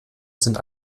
sind